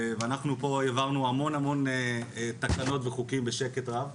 ואנחנו פה העברנו המון המון תקנות וחוקים בשקט רב.